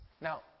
Now